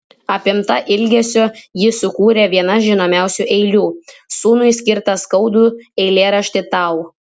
apimta ilgesio ji sukūrė vienas žinomiausių eilių sūnui skirtą skaudų eilėraštį tau